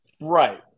Right